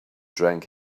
drank